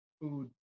food